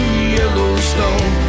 Yellowstone